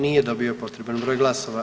Nije dobio potreban broj glasova.